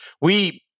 we-